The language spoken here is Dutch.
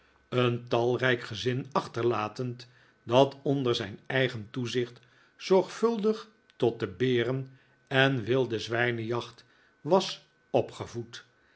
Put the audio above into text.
een talrijk gezin achterlatend dat onder zijn eigen toezicht zorgvuldig tot de beren en wilde zwijnenjacht was opgevoed